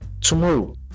tomorrow